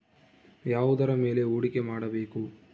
ಯಾವುದರ ಮೇಲೆ ಹೂಡಿಕೆ ಮಾಡಬೇಕು?